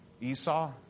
Esau